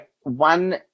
one